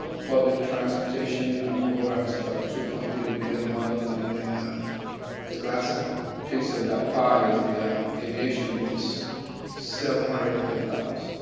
ah public transportation programs about two point three billion dollars, and then ah the last piece of that pie is the aviation which is seven hundred million dollars.